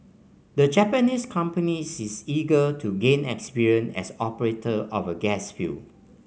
the Japanese company is eager to gain experience as operator of a gas field